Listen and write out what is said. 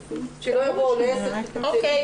אוקיי.